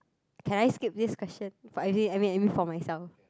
can I skip this question but I mean I mean for myself